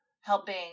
helping